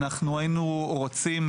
אנחנו היינו רוצים,